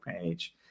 page